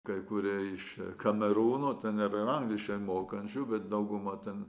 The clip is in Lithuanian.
kai kurie iš kamerūno ten yra angliškai mokančių bet dauguma ten